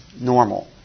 normal